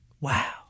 Wow